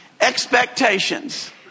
Expectations